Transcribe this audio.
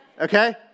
Okay